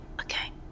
Okay